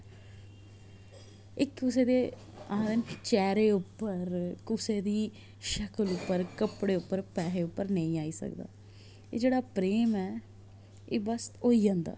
इक दूऐ दे आखदे न चेहरे उप्पर कुसै दी शकल उप्पर कपडे़ उप्पर पैसे उप्पर नेईं आई सकदा एह् जेह्ड़ा प्रेम ऐ एह् बस होई जंदा